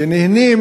שנהנים,